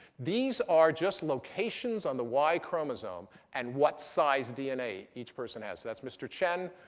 these are just locations on the y chromosome and what size dna each person has. so that's mr. chen,